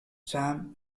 sam